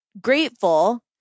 grateful